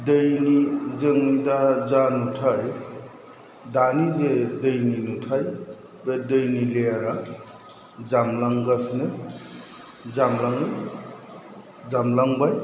दैनि जों दा जा नुथाइ दानि जे दैनि नुथाय बे दैनि लेयारा जामलांगासिनो जामलाङो जामलांबाय